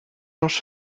georges